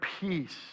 peace